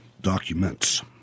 documents